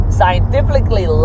scientifically